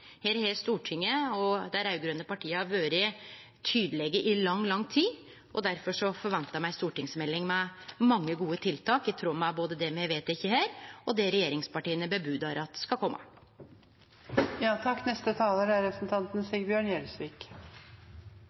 Her har Stortinget og dei raud-grøne partia vore tydelege i lang, lang tid, og difor forventar me ei stortingsmelding med mange gode tiltak i tråd med både det me har vedteke her, og det regjeringspartia varslar at skal kome. For oss som folkevalgte er